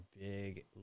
big